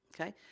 Okay